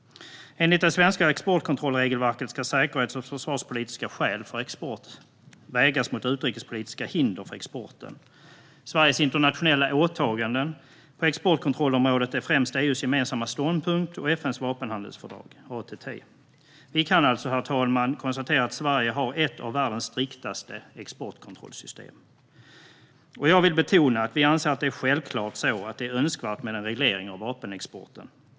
Enligt det svenska exportkontrollregelverket ska säkerhets och försvarspolitiska skäl för export vägas mot utrikespolitiska hinder för exporten. Sveriges internationella åtaganden på exportkontrollområdet är främst EU:s gemensamma ståndpunkt och FN:s vapenhandelsfördrag, ATT. Sverige har alltså ett av världens striktaste exportkontrollsystem, herr talman. Jag vill betona att det självklart är önskvärt med en reglering av vapenexporten.